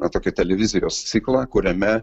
na tokį televizijos ciklą kuriame